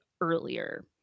earlier